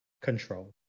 control